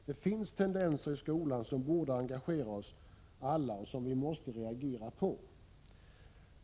Det finns tendenser i skolan som borde engagera oss alla och som vi måste reagera på.